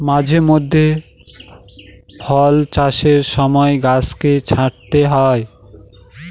মাঝে মধ্যে ফল চাষের সময় গাছকে ছাঁটতে হয়